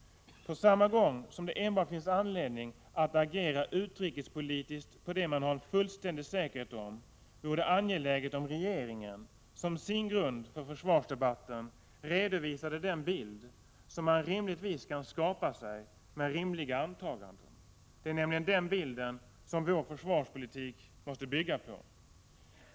På samma gång som det enbart finns anledning att agera utrikespolitiskt på det man har en fullständig säkerhet om, vore det angeläget om regeringen som sin grund för försvarsdebatten redovisade den bild som man rimligtvis kan skapa sig med skäliga antaganden. Det är nämligen den bilden vår försvarspolitik måste bygga på.